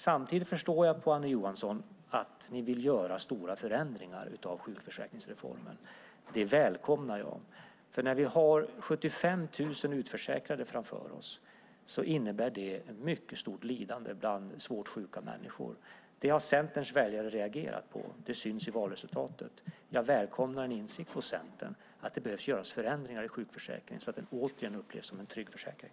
Samtidigt förstår jag på Annie Johansson att de vill göra stora förändringar av sjukförsäkringsreformen. Det välkomnar jag. När vi har 75 000 utförsäkrade framför oss innebär det ett stort lidande bland svårt sjuka människor. Det har Centerns väljare reagerat på; det syns i valresultatet. Jag välkomnar en insikt hos Centern om att det behöver göras förändringar i sjukförsäkringen så att den återigen upplevs som en trygg försäkring.